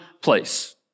place